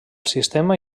sistema